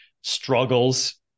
struggles